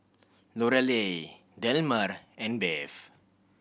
Lorelei Delmer and Bev